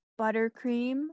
buttercream